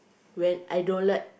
when I don't like